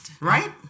right